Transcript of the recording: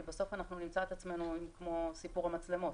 בסוף אנחנו נמצא את עצמנו כמו בסיפור המצלמות.